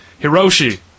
Hiroshi